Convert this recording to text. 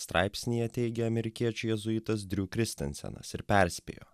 straipsnyje teigia amerikiečių jėzuitas driu kristensenas ir perspėjo